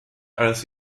als